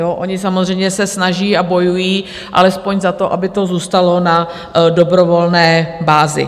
Oni se samozřejmě snaží a bojují alespoň za to, aby to zůstalo na dobrovolné bázi.